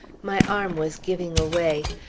my arm was giving away.